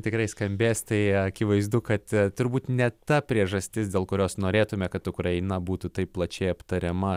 tikrai skambės tai akivaizdu kad turbūt ne ta priežastis dėl kurios norėtume kad ukraina būtų taip plačiai aptariama